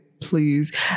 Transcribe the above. Please